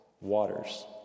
waters